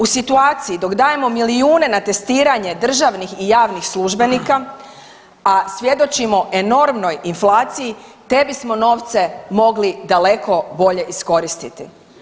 U situaciji dok dajemo milijune na testiranje državnih i javnih službenika, a svjedočimo enormnoj inflaciji te bismo novce mogli daleko bolje iskoristiti.